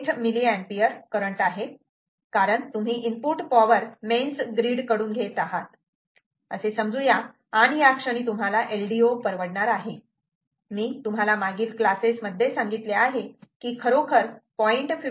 58 mA current आहे कारण तुम्ही इनपुट पॉवर मेन्स ग्रीड कडून घेत आहात असे समजू या आणि या क्षणी तुम्हाला LDO परवडणार आहे मी तुम्हाला मागील क्लासेस मध्ये सांगितले आहे की खरोखर 0